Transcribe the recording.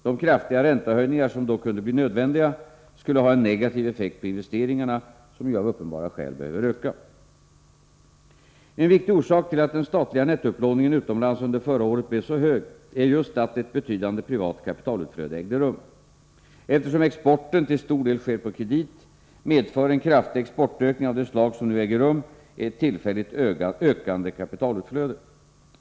De kraftiga räntehöjningar som då kunde bli nödvändiga skulle ha en negativ effekt på investeringarna, som ju av uppenbara skäl behöver öka. En viktig orsak till att den statliga nettoupplåningen utomlands under förra året blev så hög är just att ett betydande privat kapitalutflöde ägde rum. Eftersom exporten till stor del sker på kredit, medför en kraftig exportökning av det slag som nu äger rum ett tillfälligt ökande kapitalutflöde.